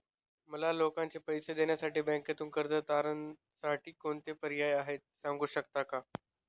मला लोकांचे पैसे देण्यासाठी बँकेतून कर्ज तारणसाठी कोणता पर्याय आहे? सांगू शकता का?